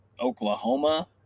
Oklahoma